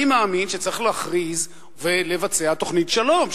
אני מאמין שצריך להכריז ולבצע תוכנית שלום,